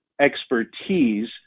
expertise